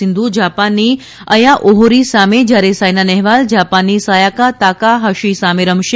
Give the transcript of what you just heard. સીંધુ જાપાનની Aya Ohori સામે જ્યારે સાઇના નહેવાલ જાપાનની સાયાકા તાકાહાશી સામે રમશે